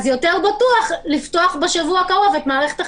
יותר בטוח לפתוח בשבוע הקרוב את מערכת החינוך.